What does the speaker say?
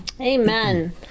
Amen